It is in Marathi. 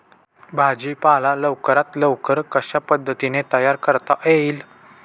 भाजी पाला लवकरात लवकर कशा पद्धतीने तयार करता येईल?